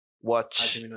watch